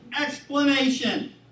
explanation